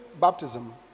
baptism